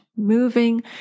moving